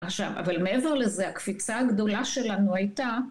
אבל מעבר לזה הקפיצה הגדולה שלנו הייתה